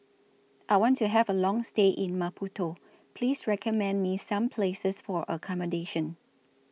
I want to Have A Long stay in Maputo Please recommend Me Some Places For accommodation